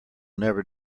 never